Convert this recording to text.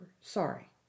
Sorry